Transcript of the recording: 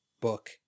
book